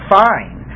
fine